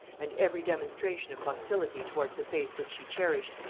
and every demonstration of hostility towards the faith which she cherished,